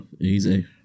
Easy